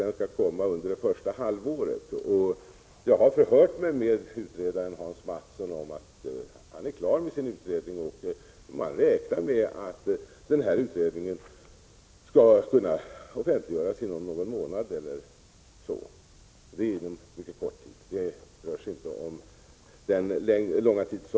Jag har hos utredaren Hans Mattsson förhört mig om när han är klar med sin utredning. Han räknar med att utredningen skall kunna offentliggöras inom någon månad eller så. Det är en mycket kort tid.